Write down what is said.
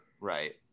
Right